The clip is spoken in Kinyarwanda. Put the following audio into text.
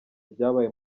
ibyabaye